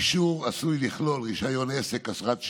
אישור עשוי לכלול רישיון עסק, אשרת שהייה,